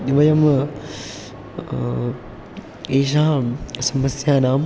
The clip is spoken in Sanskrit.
वयम् एषां समस्यानां